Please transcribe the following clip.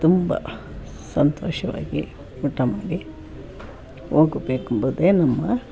ಹೊಟ್ಟೆ ತುಂಬ ಸಂತೋಷವಾಗಿ ಊಟ ಮಾಡಿ ಹೋಗ್ಬೇಕ್ ಎಂಬುದೇ ನಮ್ಮ